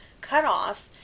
cutoff